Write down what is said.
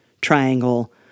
triangle